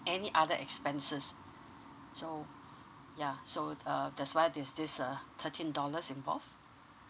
any other expenses so yeah so uh that's why there this uh thirteen dollars involve